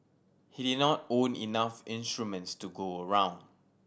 he did not own enough instruments to go around